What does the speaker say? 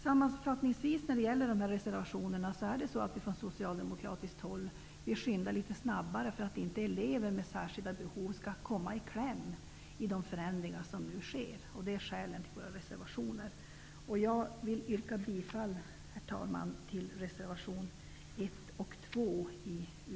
Sammanfattningsvis när det gäller dessa reservationer vill vi socialdemokrater skynda litet snabbare för att inte elever med särskilda behov skall komma i kläm i de förändringar som nu sker. Det är skälen till våra reservationer. Herr talman! Jag vill yrka bifall till reservationerna